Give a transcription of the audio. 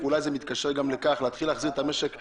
אולי זה מתקשר גם לכך להתחיל להחזיר את המשק לשגרה.